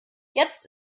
jetzt